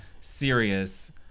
serious